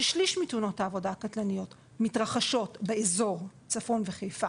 ששליש מתאונות העבודה הקטלניות מתרחשות באזור צפון וחיפה